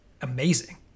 amazing